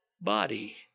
body